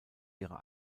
ihrer